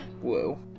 Whoa